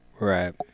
Right